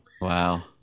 Wow